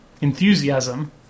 enthusiasm